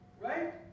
right